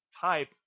type